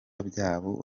byabo